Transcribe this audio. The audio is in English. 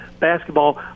basketball